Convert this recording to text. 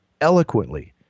eloquently